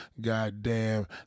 goddamn